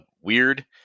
weird